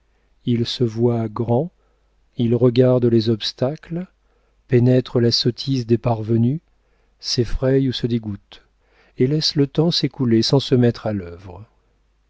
il se voit grand il regarde les obstacles pénètre la sottise des parvenus s'effraie ou se dégoûte et laisse le temps s'écouler sans se mettre à l'œuvre